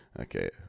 Okay